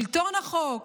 שלטון החוק,